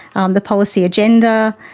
um the policy agenda,